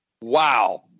Wow